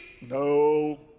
No